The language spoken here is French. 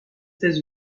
etats